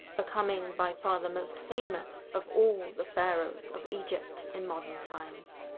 becoming by far the most famous of all the pharaoh's of egypt in modern times.